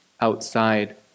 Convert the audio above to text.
outside